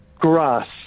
grass